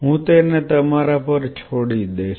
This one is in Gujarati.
હું તેને તમારા પર છોડી દઈશ